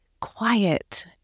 quiet